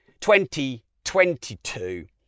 2022